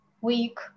week